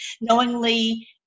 Knowingly